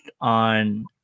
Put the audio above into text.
on